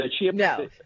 No